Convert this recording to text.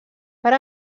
per